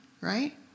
Right